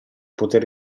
poter